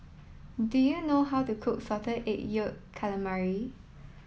do you know how to cook salted egg yolk calamari